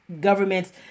governments